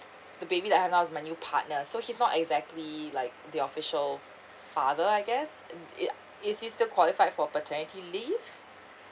the baby that I have now is with my new partner so he's not exactly like the official father I guess and it is he still qualified for paternity leave